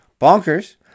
Bonkers